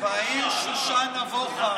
והעיר שושן נבוכה.